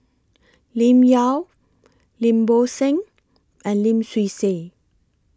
Lim Yau Lim Bo Seng and Lim Swee Say